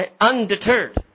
Undeterred